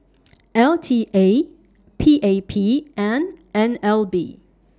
L T A P A P and N L B